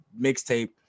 mixtape